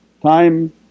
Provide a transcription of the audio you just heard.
Time